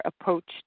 approached